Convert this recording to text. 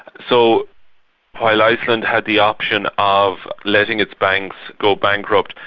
so while iceland had the option of letting its banks go bankrupt,